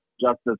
Justice